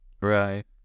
Right